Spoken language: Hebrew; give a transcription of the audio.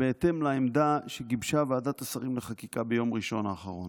בהתאם לעמדה שגיבשה ועדת השרים לחקיקה ביום ראשון האחרון.